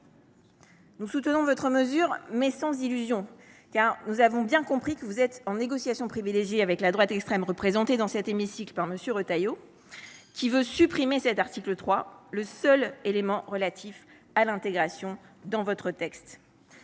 Nous soutenons votre mesure, mais sans illusion, car nous avons bien compris que vous négociez de manière privilégiée avec la droite extrême représentée dans cet hémicycle par M. Retailleau, qui veut supprimer cet article 3, seul élément de votre texte